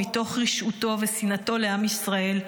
מתוך רשעותו ושנאתו לעם ישראל,